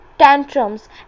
Tantrums